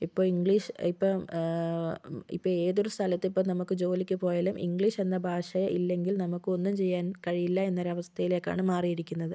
ഇപ്പോൾ ഇംഗ്ലീഷ് ഇപ്പം ഇപ്പം ഏതൊരു സ്ഥലത്തിപ്പോൾ നമുക്ക് ജോലിക്ക് പോയാലും ഇംഗ്ലീഷെന്ന ഭാഷ ഇല്ലെങ്കിൽ നമുക്കൊന്നും ചെയ്യാൻ കഴിയില്ല എന്നൊരവസ്ഥയിലേക്കാണ് മാറിയിരിക്കുന്നത്